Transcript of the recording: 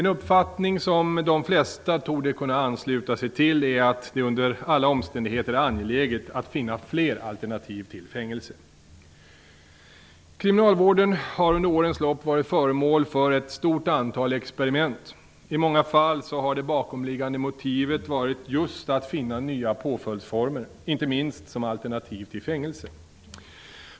En uppfattning som de flesta torde kunna ansluta sig till är att det under alla omständigheter är angeläget att finna fler alternativ till fängelse. Kriminalvården har under årens lopp varit föremål för ett stort antal experiment. I många fall har det bakomliggande motivet varit just att finna nya påföljdsformer, inte minst som alternativ till fängelse.